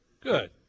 Good